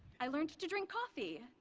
i learned to drink coffee,